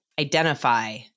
identify